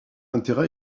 intérêt